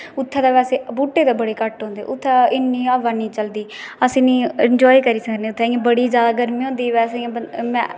उत्थे ते बेसे बुहटे बडे घट्ट होंदे उत्थै इन्नी हवा नेई चलदी आसे नेई इनॅजाए करी सकने उत्थे बड़ी ज्यादा गर्मी होंदी बेसे में